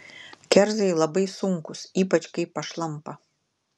kerzai labai sunkūs ypač kai pašlampa